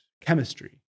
chemistry